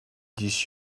this